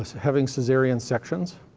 having cesarean sections,